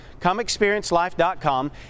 ComeExperienceLife.com